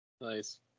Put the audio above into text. Nice